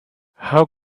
how